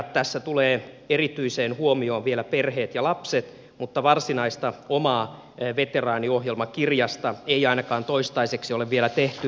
tässä tulevat erityiseen huomioon vielä perheet ja lapset mutta varsinaista omaa veteraaniohjelmakirjasta ei ainakaan toistaiseksi ole vielä tehty